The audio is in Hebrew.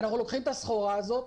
אנחנו לוקחים את הסחורה הזאת,